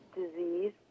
disease